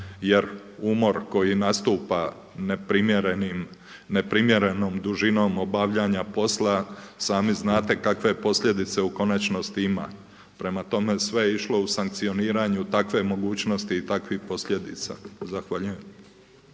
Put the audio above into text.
Jer umor koji nastupa neprimjerenom dužinom obavljanja posla sami znate kakve posljedice u konačnosti ima. Prema tome, sve je išlo u sankcioniranju takve mogućnosti i takvih posljedica. Zahvaljujem.